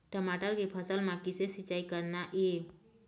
टमाटर के फसल म किसे सिचाई करना ये?